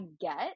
get